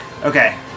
Okay